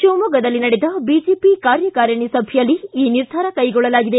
ತಿವಮೊಗ್ಗದಲ್ಲಿ ನಡೆದ ಬಿಜೆಪಿ ಕಾರ್ಯಕಾರಿಣಿ ಸಭೆಯಲ್ಲಿ ಈ ನಿರ್ಧಾರ ಕೈಗೊಳ್ಳಲಾಗಿದೆ